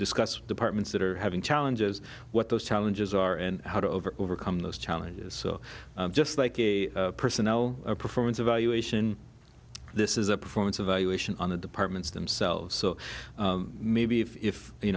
discuss departments that are having challenges what those challenges are and how to over overcome those challenges so just like a personnel performance evaluation this is a performance evaluation on the departments themselves so maybe if